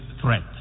threat